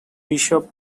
bishop